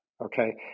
Okay